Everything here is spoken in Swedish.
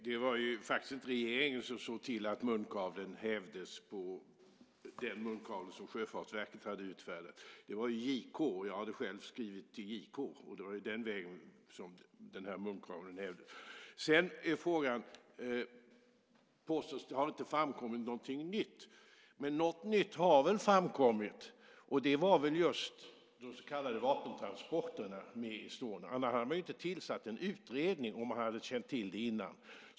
Fru talman! Det var faktiskt inte regeringen som såg till att den munkavle som Sjöfartsverket hade utfärdat hävdes. Det var JK. Jag hade själv skrivit till JK, och det var den vägen som munkavlen hävdes. Det påstås att det inte har framkommit något nytt, men något nytt har väl framkommit. Det var just de så kallade vapentransporterna med Estonia. Man hade inte tillsatt en utredning om man hade känt till det innan.